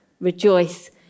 rejoice